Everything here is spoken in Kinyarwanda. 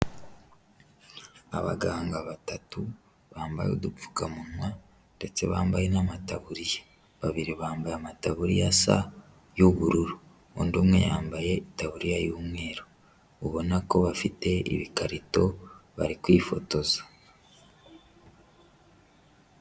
Abaganga batatu bambaye udupfukamunwa ndetse bambaye n'amataburiya, babiri bambaye amataburiya asa y'ubururu, undi umwe yambaye itaburiya y'umweru, ubona ko bafite ibikarito bari kwifotoza.